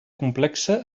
complexa